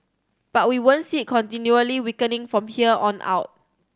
but we won't see it continually weakening from here on out